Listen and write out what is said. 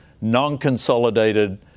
non-consolidated